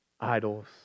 Idols